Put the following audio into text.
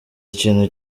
ikintu